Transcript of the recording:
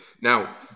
Now